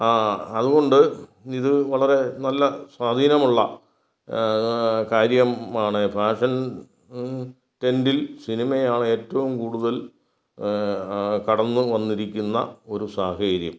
ആ അതുകൊണ്ട് ഇത് വളരെ നല്ല സ്വാധീനമുള്ള കാര്യം ആണ് ഫാഷൻ ടെൻറ്റിൽ സിനിമയാണേറ്റവും കൂടുതൽ കടന്ന് വന്നിരിക്കുന്ന ഒരു സാഹചര്യം